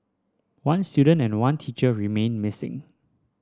one student and one teacher remain missing